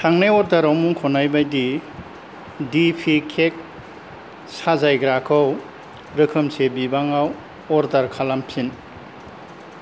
थांनाय अर्डाराव मुंख'नाय बायदि दिपि केक साजायग्राखौ रोखोमसे बिबाङाव अर्डार खालामफिन